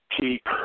keep